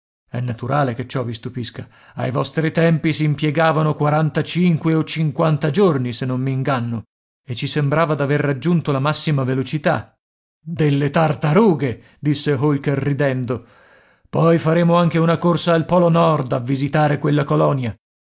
è naturale che ciò vi stupisca ai vostri tempi s'impiegavano quarantacinque o cinquanta giorni se non m'inganno e ci sembrava d'aver raggiunto la massima velocità delle tartarughe disse holker ridendo poi faremo anche una corsa al polo nord a visitare quella colonia